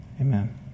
Amen